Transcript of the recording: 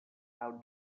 have